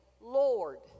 Lord